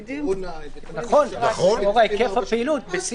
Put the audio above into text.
נכון, לאור היקף הפעילות.